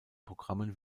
programmen